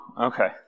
Okay